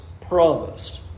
promised